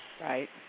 Right